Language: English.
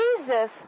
Jesus